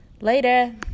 Later